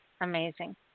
amazing